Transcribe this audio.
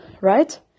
right